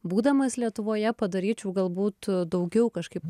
būdamas lietuvoje padaryčiau galbūt daugiau kažkaip